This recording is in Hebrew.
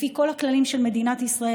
לפי כל הכללים של מדינת ישראל,